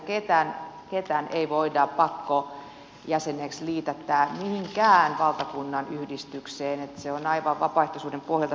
meitä ketään ei voida pakkojäseneksi liitättää mihinkään valtakunnan yhdistykseen sen pitää olla aivan vapaaehtoisuuden pohjalta